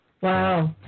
Wow